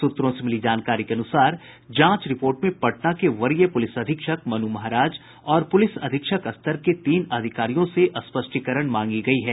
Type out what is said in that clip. सूत्रों से मिली जानकारी के अनुसार जांच रिपोर्ट में पटना के वरीय पूलिस अधीक्षक मनु महाराज और पुलिस अधीक्षक स्तर के तीन अधिकारियों से स्पष्टीकरण मांगी गयी है